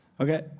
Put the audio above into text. okay